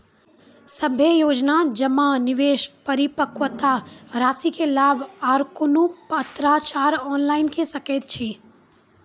सभे योजना जमा, निवेश, परिपक्वता रासि के लाभ आर कुनू पत्राचार ऑनलाइन के सकैत छी?